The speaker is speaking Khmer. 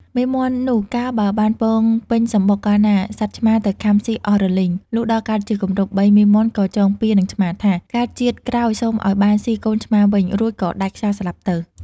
មេមាន់នោះ កាលបើបានពងពេញសំបុកកាលណា សត្វឆ្មាទៅខាំស៊ីអស់រលីង លុះដល់កើតជាគម្រប់បី មេមាន់ក៏ចងពៀរនឹងឆ្មាថា "កើតជាតិក្រោយសូមឲ្យបានស៊ីកូនឆ្មាវិញ” រួចក៏ដាច់ខ្យល់ស្លាប់ទៅ។